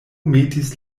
metis